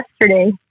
yesterday